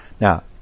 Now